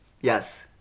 Yes